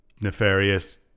Nefarious